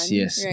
yes